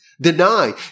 deny